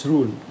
Rule